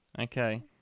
Okay